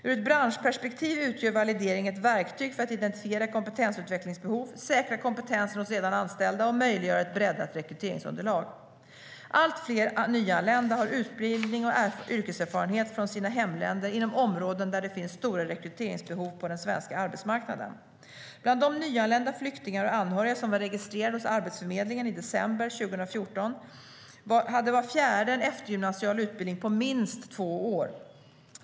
Ur ett branschperspektiv utgör validering ett verktyg för att identifiera kompetensutvecklingsbehov, säkra kompetensen hos redan anställda och möjliggöra ett breddat rekryteringsunderlag. Allt fler nyanlända har utbildning och yrkeserfarenhet från sina hemländer inom områden där det finns stora rekryteringsbehov på den svenska arbetsmarknaden. Bland de nyanlända flyktingar och anhöriga som var registrerade hos Arbetsförmedlingen i december 2014 hade var fjärde en eftergymnasial utbildning på minst två år.